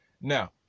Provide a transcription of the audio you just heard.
Now